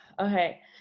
Okay